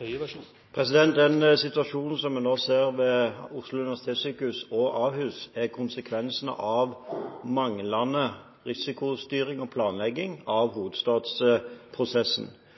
Den situasjonen som vi nå ser ved Oslo universitetssykehus og Ahus, er konsekvensen av manglende risikostyring og planlegging av hovedstadsprosessen.